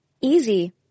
easy